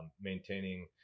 maintaining